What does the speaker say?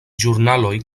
ĵurnaloj